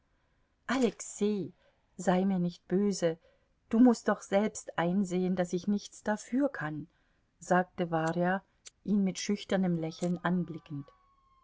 alexei sei mir nicht böse du mußt doch selbst einsehen daß ich nichts dafür kann sagte warja ihn mit schüchternem lächeln anblickend